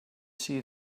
see